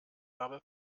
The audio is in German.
habe